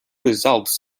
results